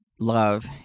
love